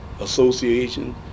association